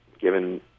given